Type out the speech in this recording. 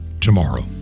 tomorrow